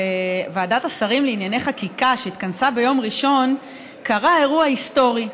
בוועדת השרים לענייני חקיקה שהתכנסה ביום ראשון קרה אירוע היסטורי.